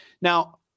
Now